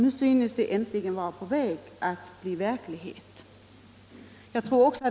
Nu synes det äntligen vara på väg att bli verklighet.